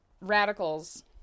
radicals